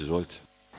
Izvolite.